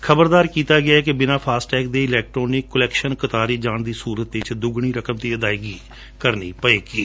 ਖਬਰਦਾਰ ਕੀਡਾ ਹੈ ਕਿ ਬਿਨਾ ਫਾਸਟਟੈਗ ਦੇ ਇਲੈਕਟ੍ਰੋਨਿਕ ਕਲੈਕਸ਼ਨ ਕਤਾਰ ਵਿਚ ਜਾਣ ਦੀ ਸੂਰਤ ਵਿਚ ਦੁੱਗਣੀ ਕਰਮ ਦੀ ਅਦਾਇਗੀ ਕਰਨੀ ਪਵੇਗੀ